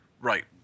right